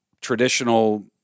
traditional